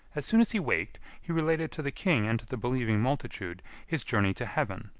as soon as he waked, he related to the king and to the believing multitude, his journey to heaven,